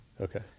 Okay